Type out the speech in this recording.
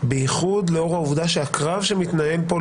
בייחוד לאור העובדה שהקרב שמתנהל פה,